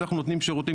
אנחנו נותנים שירותים,